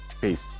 peace